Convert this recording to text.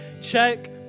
Check